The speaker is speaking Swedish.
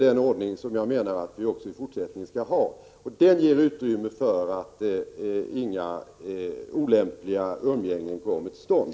Den ordningen bör gälla också i fortsättningen. Den ger utrymme för att något olämpligt umgänge inte kommer till stånd.